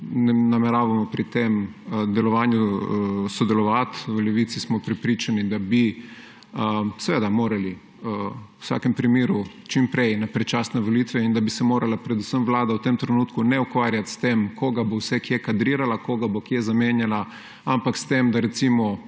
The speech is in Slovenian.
nameravamo pri tem delovanju sodelovati. V Levici smo prepričani, da bi morali v vsakem primeru čim prej na predčasne volitve in da bi se morala predvsem vlada v tem trenutku ne ukvarjati s tem, koga bo vse kje kadrirala, koga bo kje zamenjala, ampak s tem, da recimo